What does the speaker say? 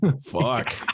Fuck